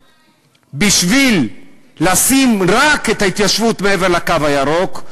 בשביל לשים רק את ההתיישבות מעבר לקו הירוק,